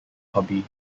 hobby